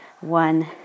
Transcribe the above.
one